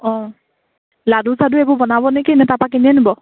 অঁ লাডু চাদু এইবোৰ বনাবনে কি নে তাৰপা কিনি আনিব